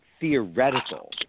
theoretical